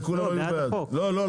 לא,